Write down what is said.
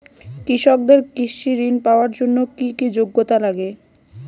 কৃষকদের কৃষি ঋণ পাওয়ার জন্য কী কী যোগ্যতা লাগে?